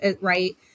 right